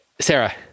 Sarah